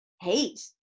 hate